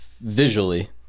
visually